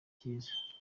cyiza